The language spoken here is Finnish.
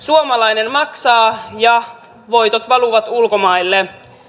suomalainen maksaa ja voitot valuvat ulkomaille